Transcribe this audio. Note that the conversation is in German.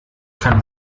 kann